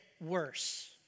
worse